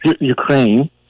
Ukraine